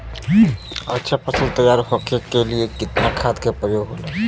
अच्छा फसल तैयार होके के लिए कितना खाद के प्रयोग होला?